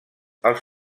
els